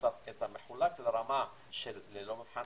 מחולק לרמה של ללא מבחן